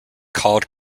called